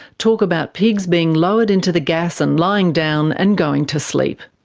talk about pigs being lowered into the gas and lying down and going to sleep.